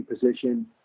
position